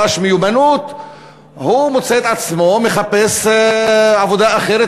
מיומנות הוא מוצא את עצמו מחפש עבודה אחרת,